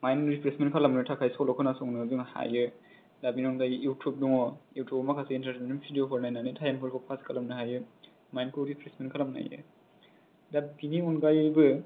mind refreshment खालामनो थाखाय सल' खोनासंनो जों हायो दा बेनि अनगायै इउथुब दङ इउथउबआव माखासे इन्टरटेनमेन्ट भिदिअ फोर नायनानै थायम फोरखौ फास खालामनो हायो माइन्टखौ रिप्रेसमेन्ट खालामनो हायो दा बिनि अनगायैबो